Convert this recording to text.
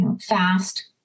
fast